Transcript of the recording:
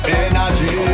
energy